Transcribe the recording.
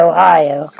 Ohio